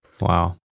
Wow